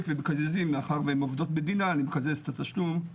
ומקזזים מאחר והן עובדות בדינאל אני מקזז את התשלום.